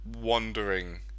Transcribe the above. wandering